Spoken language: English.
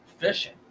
fishing